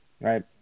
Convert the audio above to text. right